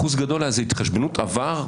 אחוז גדול היה התחשבנות עבר,